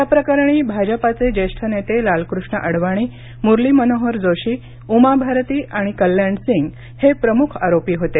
या प्रकरणी भाजपाचे ज्येष्ठ नेते लालकृष्ण अडवाणी मुरली मनोहर जोशी उमा भारती आणि कल्याण सिंग हे प्रमुख आरोपी होते